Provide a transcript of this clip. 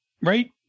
right